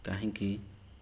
କାହିଁକି